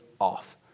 off